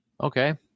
Okay